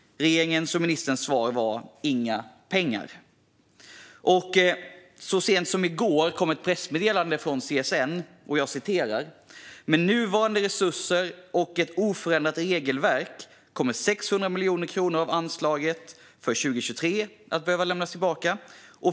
Regeringens och ministerns svar var: inga pengar. Så sent som i går kom ett pressmeddelande från CSN där det står följande: "Med nuvarande resurser och ett oförändrat regelverk kommer 600 miljoner kronor av anslaget för 2023 att behöva lämnas tillbaka.